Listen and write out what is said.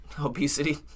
Obesity